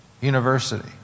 University